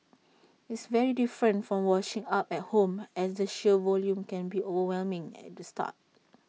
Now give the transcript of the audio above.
it's very different from washing up at home as the sheer volume can be overwhelming at the start